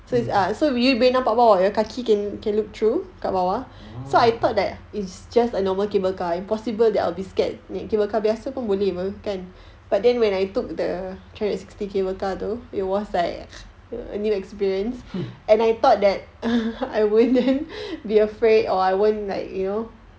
mm mm